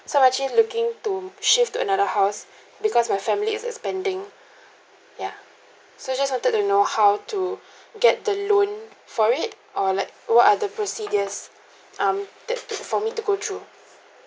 so I'm actually looking to shift to another house because my family is expanding ya so I just wanted to know how to get the loan for it or like what are the procedure um that for me to go through